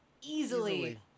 easily –